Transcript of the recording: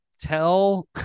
tell